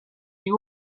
die